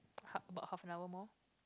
ha~ about half an hour more